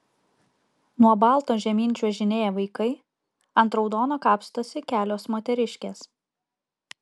nuo balto žemyn čiuožinėja vaikai ant raudono kapstosi kelios moteriškės